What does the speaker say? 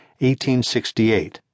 1868